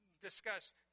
discuss